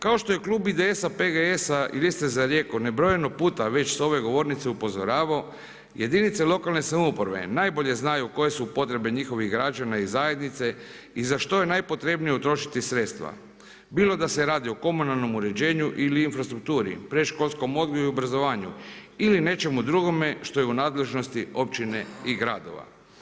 Kao što je klub IDS-a, PGS-a i Liste za Rijeku nebrojeno puta već s ove govornice upozoravao jedinice lokalne samouprave znaju koje su potrebe njihovih građana i zajednice i za što je najpotrebnije utrošiti sredstva bilo da se radi o komunalnom uređenju ili infrastrukturi, predškolskom odgoju i obrazovanju ili nečemu drugome što je u nadležnosti općine i gradova.